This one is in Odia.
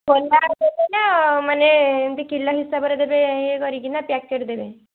ଖୋଲା ଦେବେ ନା ମାନେ ଏମିତି କିଲୋ ହିସାବରେ ଦେବେ ଇଏ କରିକିନା ପ୍ୟାକେଟ୍ ଦେବେ